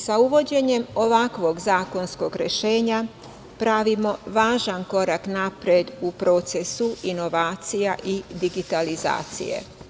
Sa uvođenjem ovakvog zakonskog rešenja pravimo važan korak napred u procesu inovacija i digitalizacije.